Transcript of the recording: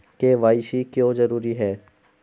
KYC क्यों जरूरी है?